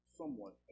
somewhat